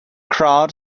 crowd